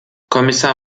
kommissar